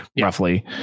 roughly